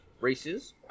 races